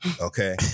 okay